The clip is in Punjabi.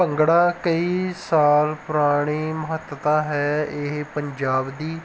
ਭੰਗੜਾ ਕਈ ਸਾਲ ਪੁਰਾਣੀ ਮਹੱਤਤਾ ਹੈ ਇਹ ਪੰਜਾਬ ਦੀ